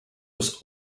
was